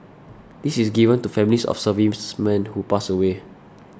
this is given to families of servicemen who pass away